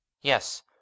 Yes